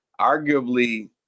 arguably